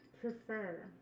prefer